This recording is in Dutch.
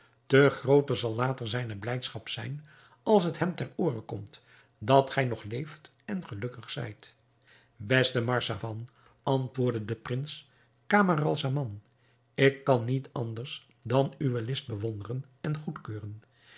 te grooter zal later zijne blijdschap zijn als het hem ter ooren komt dat gij nog leeft en gelukkig zijt beste marzavan antwoordde de prins camaralzaman ik kan niet anders dan uwe list bewonderen en goedkeuren